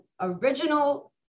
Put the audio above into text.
original